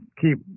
keep